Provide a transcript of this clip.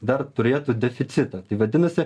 dar turėtų deficitą tai vadinasi